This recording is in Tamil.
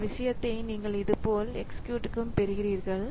இந்த விஷயத்தை நீங்கள் இதேபோல் exec க்கும் பெற்றுள்ளீர்கள்